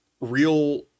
real